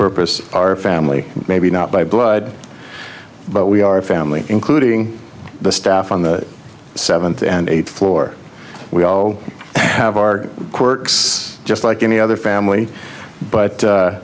purpose our family maybe not by blood but we are a family including the staff on the seventh and eighth floor we also have our quirks just like any other family but